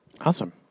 Awesome